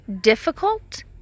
difficult